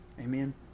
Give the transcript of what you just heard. Amen